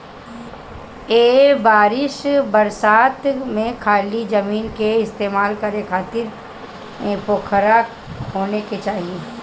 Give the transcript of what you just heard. ए बरिस बरसात में खाली जमीन के इस्तेमाल करे खातिर पोखरा खोने के चाही